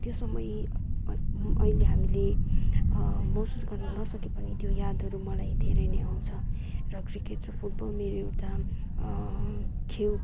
त्यो समय अहिले हामीेले महसुस गर्नु नसके पनि त्यो यादहरू मलाई धेरै नै आउँछ र क्रिकेट र फुटबल मेरो एउटा खेल हो